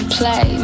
play